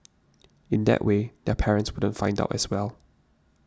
in that way their parents wouldn't find out as well